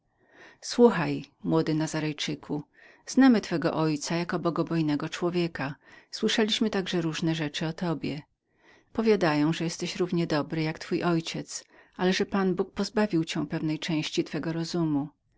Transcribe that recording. słuchaj młody nazarejczyku znamy twego ojca jako bogobojnego człowieka słyszeliśmy także różne rzeczy o tobie powiadają że jesteś równie dobrym jak twój ojciec ale że pan bóg pozbawił cię pewnej części twego rozumu